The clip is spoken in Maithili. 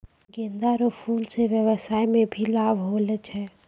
गेंदा रो फूल से व्यबसाय मे भी लाब होलो छै